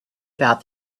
about